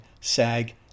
SAG